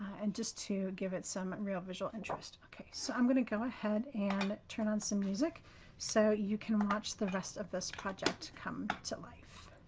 and just to give it some real visual interest. ok. so i'm going to go ahead and turn on some music so you can watch the rest of this project come to life.